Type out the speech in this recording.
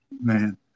Man